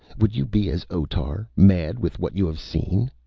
would you be as otar, mad with what you have seen?